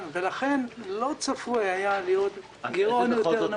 לכן לא צפוי היה להיות גירעון נמוך יותר.